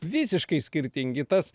visiškai skirtingi tas